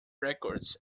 records